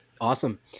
Awesome